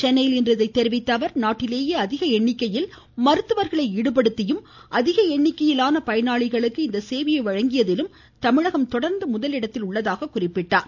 சென்னையில் இன்று இதனை தெரிவித்த அவர் நாட்டிலேயே அதிக எண்ணிக்கையில் மருத்துவர்களை ஈடுபடுத்தியும் அதிக எண்ணிக்கையிலான பயனாளிகளுக்கு இச்சேவையை வழங்கியதிலும் தமிழகம் தொடா்ந்து முதலிடத்தில் உள்ளதாக கூறினார்